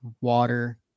water